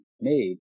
made